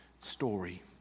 Story